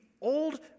old